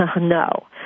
no